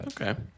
Okay